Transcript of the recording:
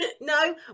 no